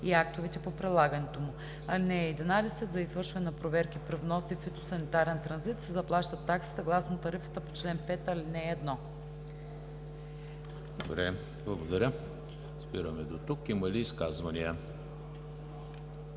и актовете по прилагането му. (11) За извършване на проверки при внос и фитосанитарен транзит се заплащат такси съгласно тарифата по чл. 5, ал. 1.“